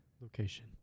location